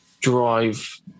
drive